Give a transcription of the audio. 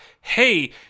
hey